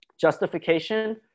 justification